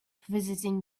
visiting